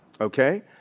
okay